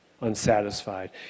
unsatisfied